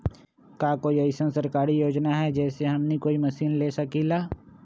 का कोई अइसन सरकारी योजना है जै से हमनी कोई मशीन ले सकीं ला?